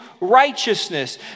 righteousness